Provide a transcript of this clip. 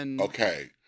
Okay